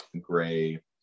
gray